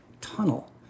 tunnel